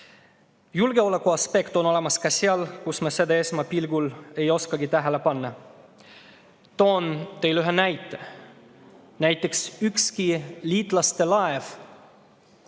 Julgeolekuaspekt on olemas ka seal, kus me seda esmapilgul ei oskagi tähele panna. Toon teile ühe näite. Näiteks ükski liitlaste laev